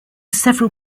several